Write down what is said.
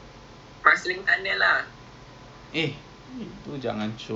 actually one hour eight dollar blue S_G oh tak lah blue blue S_G lagi mahal lah